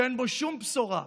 שאין בו שום בשורה,